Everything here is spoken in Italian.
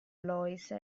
lois